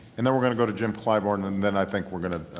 and then we're going to go to jim clyburn. and then i think we're going to